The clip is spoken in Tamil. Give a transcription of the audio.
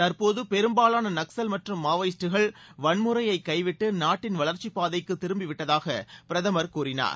தற்போது பெரும்பாவான நக்ஸல் மற்றும் மாவோயிஸ்டுகள் வன்முறையை கைவிட்டு நாட்டின் வளர்ச்சி பாதைக்கு திரும்பிவிட்டதாக பிரதமர் கூறினார்